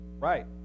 right